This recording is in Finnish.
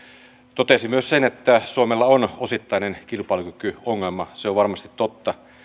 totesi myös sen että suomella on osittainen kilpailukykyongelma se on varmasti totta